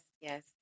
yes